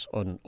on